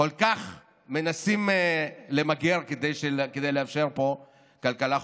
כל כך מנסים למגר כדי לאפשר פה כלכלה חופשית.